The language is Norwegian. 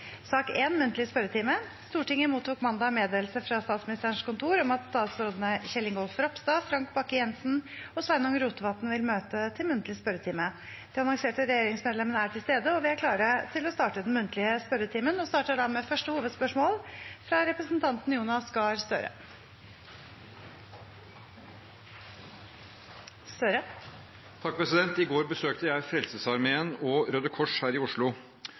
Stortinget mottok mandag meddelelse fra Statsministerens kontor om at statsrådene Kjell Ingolf Ropstad, Frank Bakke-Jensen og Sveinung Rotevatn vil møte til muntlig spørretime. De annonserte regjeringsmedlemmene er til stede, og vi er klare til å starte den muntlige spørretimen. Vi starter da med første hovedspørsmål, fra representanten Jonas Gahr Støre. I går besøkte jeg Frelsesarmeen og Røde Kors her i Oslo.